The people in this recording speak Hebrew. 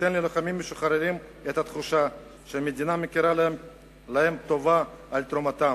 תיתן ללוחמים המשוחררים את התחושה שהמדינה מכירה להם טובה על תרומתם,